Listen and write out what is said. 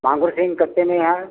मांगुर सींग कितने में है